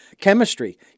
chemistry